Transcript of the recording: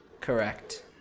Correct